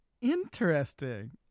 interesting